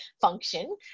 function